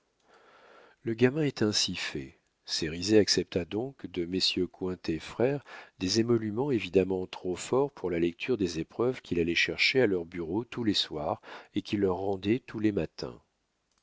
le gamin de paris est ainsi fait cérizet accepta donc de messieurs cointet frères des émoluments évidemment trop forts pour la lecture des épreuves qu'il allait chercher à leur bureau tous les soirs et qu'il leur rendait tous les matins